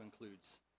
includes